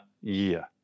year